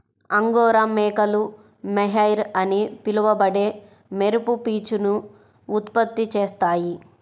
angora మేకలు mohair అని పిలువబడే మెరుపు పీచును ఉత్పత్తి చేస్తాయి